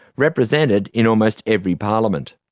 represented in almost every parliament.